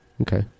Okay